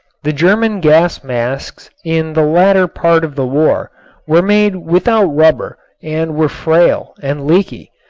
the german gas masks in the latter part of the war were made without rubber and were frail and leaky.